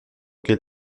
quel